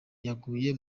yaguye